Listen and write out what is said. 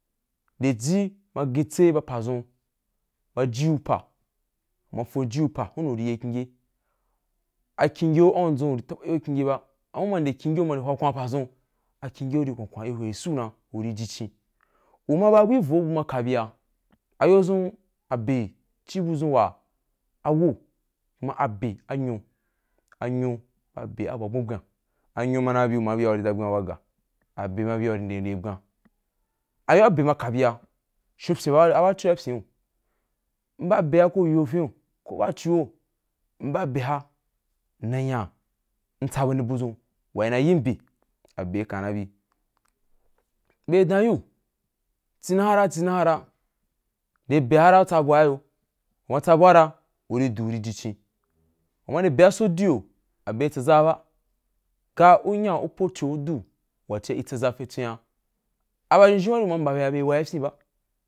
Nnde ji ma gbache ba padʒun ajiu pa uma fo jule pa hun uri kyinye akyinyeu an dʒun upi tabayeu kyinye ba ama uma nde kyīn yeu uma nde hwa kwan ba padʒun a kyingyeu ri kwa kwa ri hwe suu nu ma uri ji chin. Uma ba bu ivo bu ma kabia ayodʒum abe uri bud ʒum wa a wo kuma abe nyo anyo ba abe abua bwan bwan anyo mana bi uma bia uri da, bwaun ba aga abe ma bia uri nde ndel bwan oyoa abe ma kabia shonpyen ba abachoa i pyiun m ba adʒea ko yofiun komchuo mba abe mna nya m tsa weni budʒun, wai nai yin be abei kainabe bei dan yiu chi naha a chinara nde beahra tsa bua yo uma tsa bua ra uri du ufi jichin, uma nde be a so diu yo abea i tsa zaw ba ga unya upocho u du wa chia i tsaʒa fintswan abaʒhinʒhiu baari u ma mba bea be wa be fyín ba.